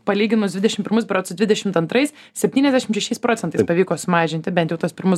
palyginus dvidešim pirmus berods su dvidešimt antrais septyniasdešim šešiais procentais pavyko sumažinti bent jau tuos pirmus